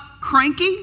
cranky